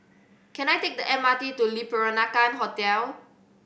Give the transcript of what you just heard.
can I take the M R T to Le Peranakan Hotel